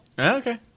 Okay